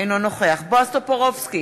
אינו נוכח בועז טופורובסקי,